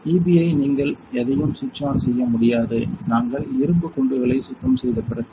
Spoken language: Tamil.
EB ஐ நீங்கள் எதையும் சுவிட்ச் ஆன் செய்ய முடியாது நாங்கள் இரும்பு குண்டுகளை சுத்தம் செய்த பிறகு